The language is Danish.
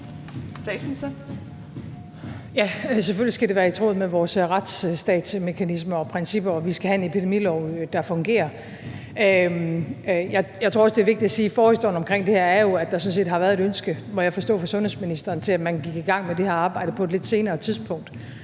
selvfølgelig skal det være i tråd med vores retsstatsmekanismer og -principper, og vi skal have en epidemilov, der fungerer. Jeg tror også, det er vigtigt at sige, at forhistorien omkring det her jo er, at der sådan set har været et ønske, må jeg forstå, fra sundhedsministeren til, at man gik i gang med det her arbejde på et lidt senere tidspunkt,